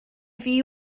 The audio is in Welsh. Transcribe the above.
ddi